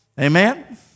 Amen